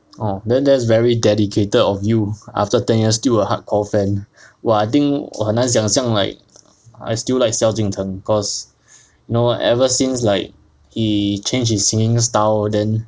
oh then that's very dedicated of you after ten years still a hardcore fan !wah! I think 我很难想象 like I still like 萧敬腾 cause you know ever since like he change his singing style then